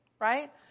Right